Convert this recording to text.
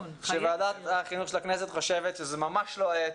שוועדת החינוך של הכנסת חושבת שזה ממש לא העת